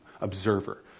observer